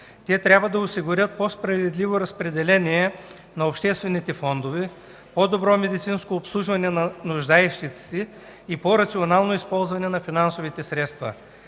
Те трябва да осигурят по-справедливо разпределение на обществените фондове, по-добро медицинско обслужване на нуждаещите се и по-рационално използване на финансовите средства.